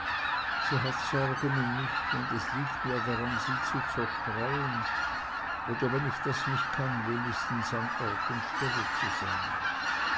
sie hat sorgen um mich und es liegt mir daran sie zu zerstreuen oder wenn ich das nicht kann wenigstens an ort und stelle zu sein